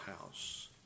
house